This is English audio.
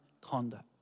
conduct